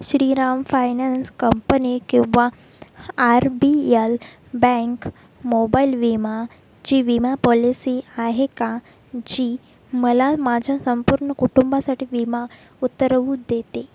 Shriram finance company किंवा R B L bank mobile विमाची विमा पॉलिसी आहे का जी मला माझ्या संपूर्ण कुटुंबासाठी विमा उतरवू देते